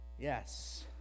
Yes